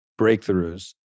breakthroughs